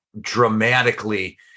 dramatically